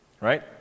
right